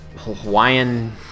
Hawaiian